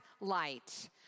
light